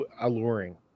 alluring